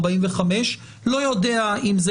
45. לא יודע אם זה